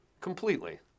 completely